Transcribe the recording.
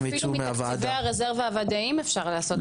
אני חושבת שבסופו של דבר זאת לא צורה שנה אחרי שנה.